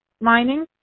mining